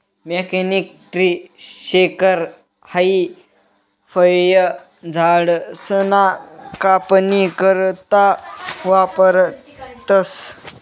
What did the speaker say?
mechanical tree shaker हाई फयझाडसना कापनी करता वापरतंस